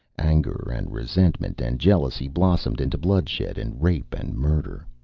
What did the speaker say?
anger and resentment and jealousy blossomed into bloodshed and rape and murder.